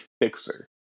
fixer